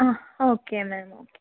ആ ഓക്കെ മാം